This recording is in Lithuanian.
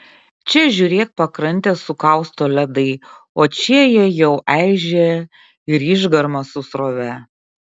čia žiūrėk pakrantę sukausto ledai o čia jie jau eižėja ir išgarma su srove